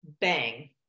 bang